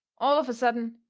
all of a sudden,